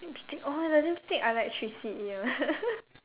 lipstick oh the lipstick I like three C E ah